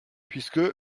puisque